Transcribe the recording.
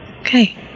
Okay